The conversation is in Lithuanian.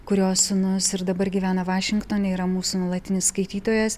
kurio sūnus ir dabar gyvena vašingtone yra mūsų nuolatinis skaitytojas